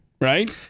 right